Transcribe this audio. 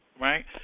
right